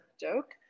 joke